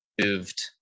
moved